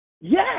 Yes